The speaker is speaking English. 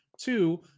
Two